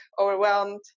overwhelmed